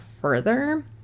further